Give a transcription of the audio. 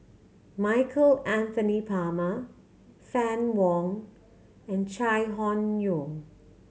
Michael Anthony Palmer Fann Wong and Chai Hon Yoong